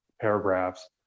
Paragraphs